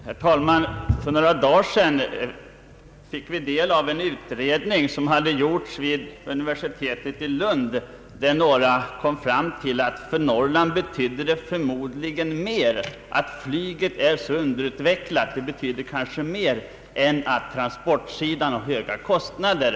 Herr talman! För några dagar sedan fick vi del av en undersökning, som hade gjorts vid universitetet i Lund. Den kom fram till att det för Norrland förmodligen betydde mer att flyget är underutvecklat än att godstransportsidan har höga kostnader.